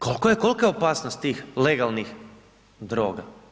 Kolika je opasnost tih legalnih droga?